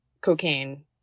cocaine